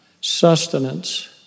sustenance